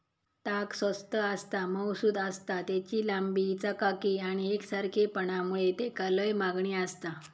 ताग स्वस्त आसता, मऊसुद आसता, तेची लांबी, चकाकी आणि एकसारखेपणा मुळे तेका लय मागणी आसता